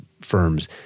firms